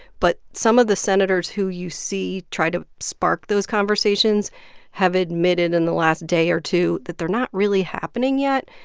but some of the senators who you see try to spark those conversations have admitted in the last day or two that they're not really happening yet.